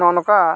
ᱱᱚᱜᱼᱚ ᱱᱚᱠᱟ